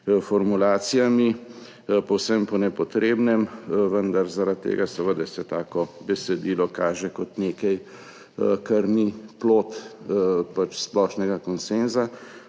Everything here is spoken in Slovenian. formulacijami, povsem po nepotrebnem, vendar zaradi tega se seveda tako besedilo kaže kot nekaj, kar ni plod splošnega konsenza,